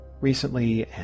recently